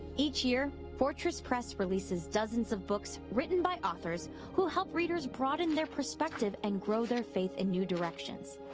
each year fortress press releases dozens of books written by authors who help readers broaden their perspective and grow their faith in new directions.